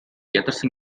ядарсан